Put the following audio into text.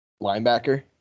linebacker